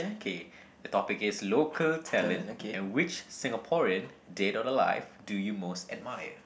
K the topic is local talent and which Singaporean dead or alive do you most admire